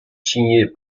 signés